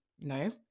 no